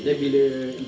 then bila